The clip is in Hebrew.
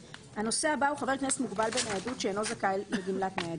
הנושא הבא הוא חבר כנסת מוגבל בניידות שאינו זכאי לגמלת ניידות.